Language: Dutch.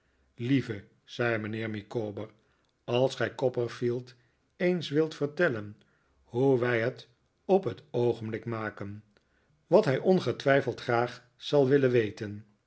lieve zei mijnheer micawber als gij copperfield eens wilt vertellen hoe wij het op het oogenblik maken wat hij ongetwijfeld graag zal willen weten